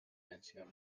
mentioned